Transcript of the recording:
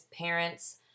parents